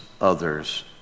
others